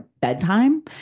bedtime